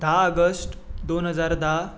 धा ऑगस्ट दोन हजार धा